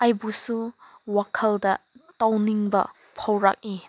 ꯑꯩꯕꯨꯁꯨ ꯋꯥꯈꯜꯗ ꯇꯧꯅꯤꯡꯕ ꯐꯥꯎꯔꯛꯏ